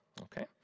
okay